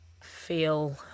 feel